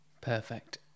Perfect